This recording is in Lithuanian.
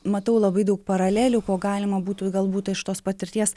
matau labai daug paralelių ko galima būtų galbūt iš tos patirties